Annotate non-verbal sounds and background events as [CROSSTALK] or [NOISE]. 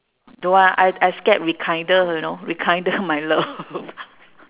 don't want I I scared rekindle you know rekindle my love [LAUGHS]